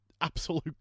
absolute